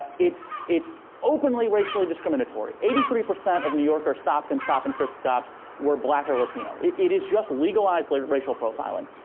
it's it's openly racially discriminatory. eighty three percent of new yorkers stopped in stop and frisk stops were black or latino. it it is just legalized like racial profiling.